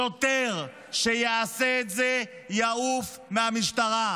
שוטר שיעשה את זה יעוף מהמשטרה.